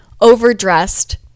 overdressed